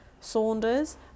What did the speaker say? Saunders